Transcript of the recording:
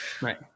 Right